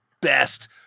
best